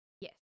Yes